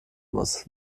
muss